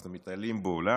אנחנו מטיילים בעולם,